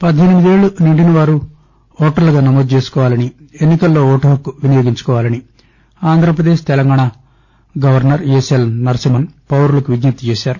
పద్దెనిమిదేండ్లు నిండినవారు ఓటర్లుగా నమోదు చేసుకోవాలని ఎన్నికల్లో ఓటుహక్కు వినియోగించుకోవాలని ఆంధ్రప్రదేశ్ తెలంగాణ గవర్నర్ ఇఎస్ఎల్ నరసింహన్ పౌరులకు విజ్ఞప్తి చేశారు